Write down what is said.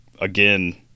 again